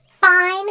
Fine